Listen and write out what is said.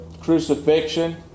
crucifixion